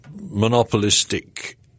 monopolistic